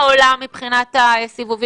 מה מקובל בעולם מבחינת הסיבובים?